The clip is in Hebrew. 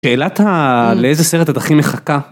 שאלת ה- "לאיזה סרט את הכי מחכה?".